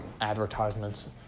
advertisements